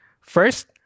First